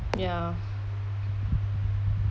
ya